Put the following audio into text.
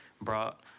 brought